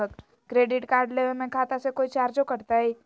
Credit card लेवे में खाता से कोई चार्जो कटतई?